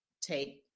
take